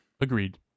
Agreed